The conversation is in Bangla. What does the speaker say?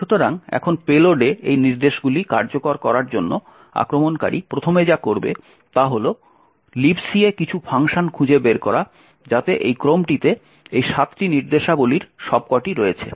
সুতরাং এখন পেলোডে এই নির্দেশগুলি কার্যকর করার জন্য আক্রমণকারী প্রথমে যা করবে তা হল Libc এ কিছু ফাংশন খুঁজে বের করা যাতে এই ক্রমটিতে এই 7টি নির্দেশাবলীর সবকটি রয়েছে